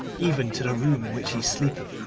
even to the room in which he sleepeth,